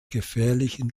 gefährlichen